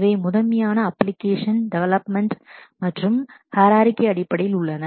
இவை முதன்மையாக application development application development மற்றும் ஹைரார்க்கி hierarchy அடிப்படையில் உள்ளன